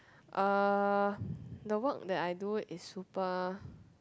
uh the work that I do is super